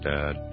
Dad